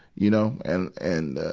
you know. and, and, ah,